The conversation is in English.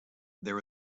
there